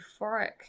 euphoric